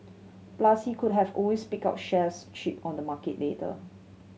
plus he could have always pick up shares cheap on the market later